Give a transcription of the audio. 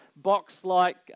box-like